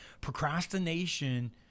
Procrastination